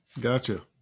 Gotcha